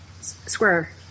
Square